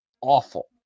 awful